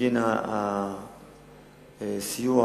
בגין הסיוע